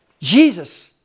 Jesus